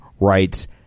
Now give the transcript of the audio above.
writes